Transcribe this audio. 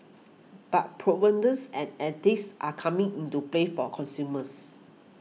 but provenance and ethics are coming into play for consumers